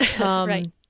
Right